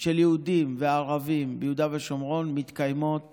של יהודים וערבים ביהודה ושומרון מתקיימות